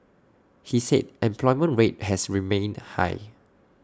he said employment rate has remained high